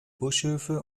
bischöfe